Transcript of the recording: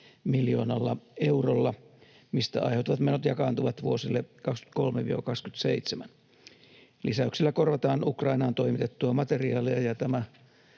miljoonalla eurolla, mistä aiheutuvat menot jakaantuvat vuosille 23—27. Lisäyksellä korvataan Ukrainaan toimitettua materiaalia, ja tämä